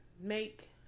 make